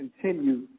continue